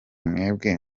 mwebwe